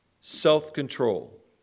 self-control